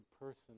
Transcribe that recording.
person